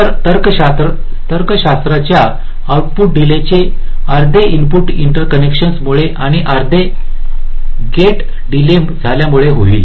तर तर्कशास्त्राच्या आउटपुट डीलेचे अर्धे इनपुट इंटरकनेक्शन्स मुळे आणि अर्धे गेट डीले झाल्यामुळे होईल